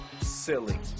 silly